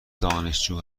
دانشجو